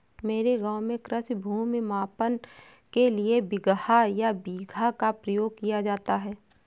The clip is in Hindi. मेरे गांव में कृषि भूमि मापन के लिए बिगहा या बीघा का प्रयोग किया जाता है